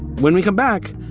when we come back,